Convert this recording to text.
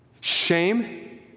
Shame